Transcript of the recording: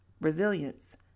resilience